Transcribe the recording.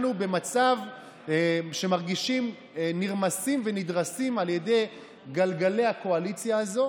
במצב שמרגישים נרמסים ונדרסים על ידי גלגלי הקואליציה הזו,